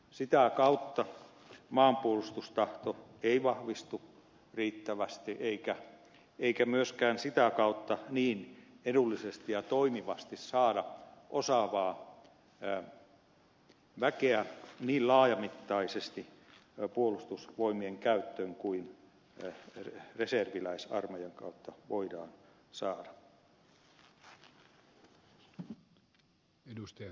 sitä kautta maanpuolustustahto ei vahvistu riittävästi eikä myöskään sitä kautta niin edullisesti ja toimivasti saada osaavaa väkeä niin laajamittaisesti puolustusvoimien käyttöön kuin reserviläisarmeijan kautta voidaan saada